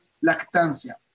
lactancia